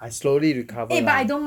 I slowly recover ah